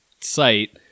site